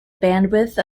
bandwidth